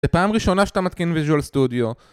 זה פעם ראשונה שאתה מתקין visual studio